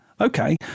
okay